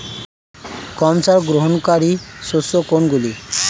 কম সার গ্রহণকারী শস্য কোনগুলি?